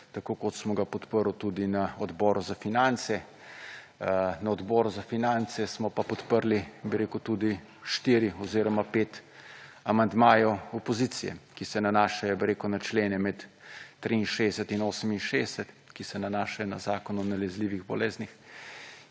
tako kot smo ga podprli tudi na Odboru za finance. Na Odboru za finance smo pa podprli, bi rekel, tudi 4 oziroma 5 amandmajev opozicije, ki se nanašajo, bi rekel, na člene med 63 in 68, ki se nanašajo na Zakon o nalezljivih boleznih,